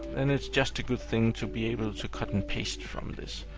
then it's just a good thing to be able to cut and paste from this.